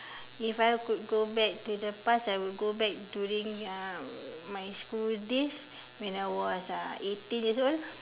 if I could go back to the past I would go back during uh my school days when I was uh eighteen years old